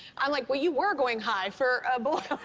i'm like, well, you were going high for a boy.